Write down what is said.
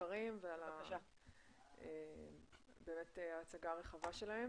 הדברים ובאמת ההצגה הרחבה שלהם.